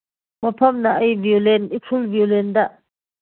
ꯃꯐꯝꯅ ꯑꯩ ꯗ꯭ꯌꯨꯂꯦꯟ ꯎꯈ꯭ꯔꯨꯜ ꯗ꯭ꯌꯨꯂꯦꯟꯗ